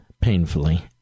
painfully